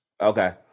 Okay